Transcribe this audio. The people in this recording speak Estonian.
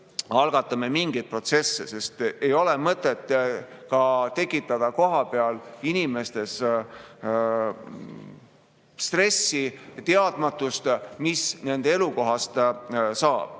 algatame mingeid protsesse, sest ei ole mõtet tekitada kohapeal inimestes stressi ja teadmatust, mis nende elukohast